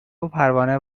وپروانه